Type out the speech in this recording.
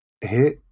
hit